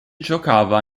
giocava